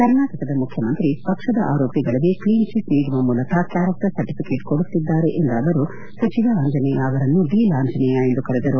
ಕರ್ನಾಟಕದ ಮುಖ್ಯಮಂತ್ರಿ ಪಕ್ಷದ ಆರೋಪಿಗಳಿಗೆ ಕ್ಷೀನ್ಚಟ್ ನೀಡುವ ಮೂಲಕ ಕ್ಲಾರೆಕ್ಷರ್ ಸರ್ಟಿಫಿಕೆಟ್ ಕೊಡುತ್ತಿದ್ದಾರೆ ಎಂದ ಅವರು ಸಚಿವ ಆಂಜನೇಯ ಅವರನ್ನು ಡೀಲ್ ಆಂಜನೇಯ ಎಂದು ಕರೆದರು